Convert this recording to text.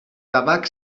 tabac